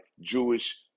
Jewish